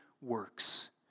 works